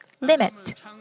limit